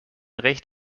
recht